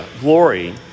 Glory